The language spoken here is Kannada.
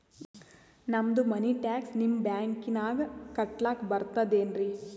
ನಮ್ದು ಮನಿ ಟ್ಯಾಕ್ಸ ನಿಮ್ಮ ಬ್ಯಾಂಕಿನಾಗ ಕಟ್ಲಾಕ ಬರ್ತದೇನ್ರಿ?